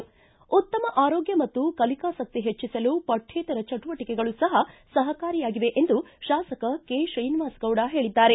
ಉತ್ತಮ ಆರೋಗ್ಯ ಮತ್ತು ಕಲಿಕಾಸಕ್ತಿ ಹೆಚ್ಚಿಸಲು ಪಠ್ಯೇತರ ಚಟುವಟಕೆಗಳೂ ಸಹ ಸಹಕಾರಿಯಾಗಿವೆ ಎಂದು ಶಾಸಕ ಕೆತ್ರೀನಿವಾಸಗೌಡ ಹೇಳಿದ್ದಾರೆ